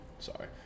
Sorry